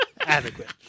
Adequate